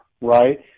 right